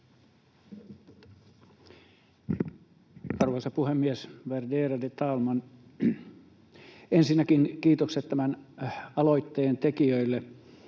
Arvoisa puhemies! Värderade talman! Ensinnäkin kiitokset tämän aloitteen tekijöille.